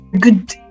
good